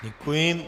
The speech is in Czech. Děkuji.